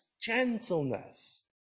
gentleness